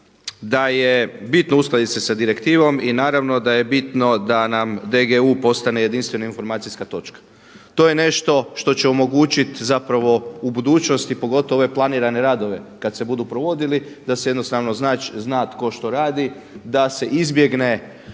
da je bitno uskladiti se sa direktivom i naravno da je bitno da nam DGU postane jedinstvena informacijska točka. To je nešto što će omogućiti zapravo u budućnosti, pogotovo ove planirane radove kad se budu provodili da se jednostavno zna tko što radi, da se izbjegne